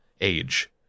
age